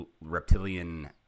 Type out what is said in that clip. reptilian